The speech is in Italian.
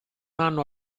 hanno